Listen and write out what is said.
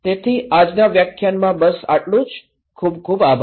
તેથી આજના વ્યાખ્યાનમાં બસ આટલું જ ખૂબ ખૂબ આભાર